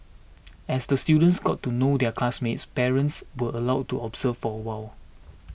as the students got to know their classmates parents were allowed to observe for a while